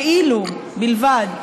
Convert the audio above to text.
כאילו בלבד,